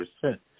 percent